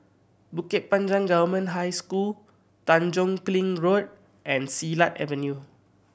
Bukit Panjang Government High School Tanjong Kling Road and Silat Avenue